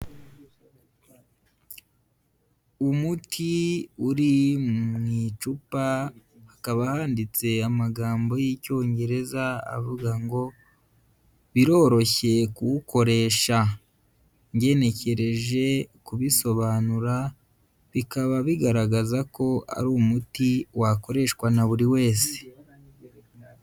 Umuti uri mu icupa, hakaba handitse amagambo y'Icyongereza avuga ngo biroroshye kuwukoresha, ngenekereje kubisobanura bikaba bigaragaza ko ari umuti wakoreshwa na buri wese.